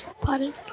Pardon